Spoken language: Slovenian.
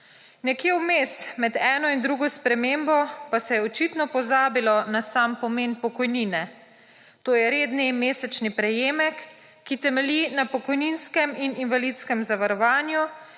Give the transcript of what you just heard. Nekje vmes med eno in drugo spremembo pa se je očitno pozabilo na sam pomen pokojnine. To je redni mesečni prejemek, ki temelji na pokojninskem in invalidskem zavarovanju